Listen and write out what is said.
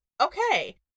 okay